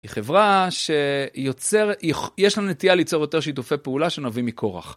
היא חברה שיוצרת, יש לנו נטייה ליצור יותר שיתופי פעולה שנביא מכורח.